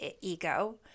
ego